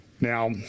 Now